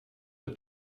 der